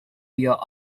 your